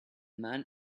man